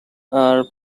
are